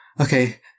Okay